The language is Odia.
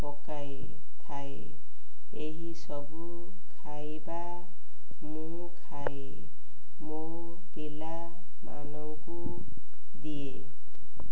ପକାଇ ଥାଏ ଏହିସବୁ ଖାଇବା ମୁଁ ଖାଏ ମୋ ପିଲାମାନଙ୍କୁ ଦିଏ